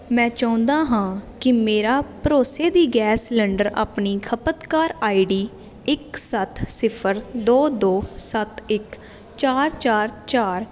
ਮੈਂ ਚਾਹੁੰਦਾ ਹਾਂ ਕਿ ਮੇਰਾ ਭਰੋਸੇ ਦੀ ਗੈਸ ਸਿਲੰਡਰ ਆਪਣੀ ਖਪਤਕਾਰ ਆਈਡੀ ਇੱਕ ਸੱਤ ਸਿਫਰ ਦੋ ਦੋ ਸੱਤ ਇੱਕ ਚਾਰ ਚਾਰ ਚਾਰ